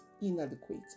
inadequate